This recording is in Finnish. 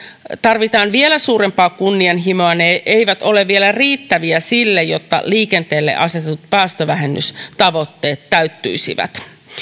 tarvitaan vielä suurempaa kunnianhimoa ja ehdotukset eivät ole vielä riittäviä jotta liikenteelle asetetut päästövähennystavoitteet täyttyisivät